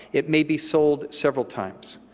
it may be sold several times.